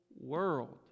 world